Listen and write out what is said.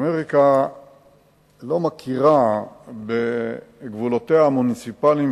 אמריקה לא מכירה בגבולותיה המוניציפליים